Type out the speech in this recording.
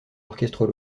orchestres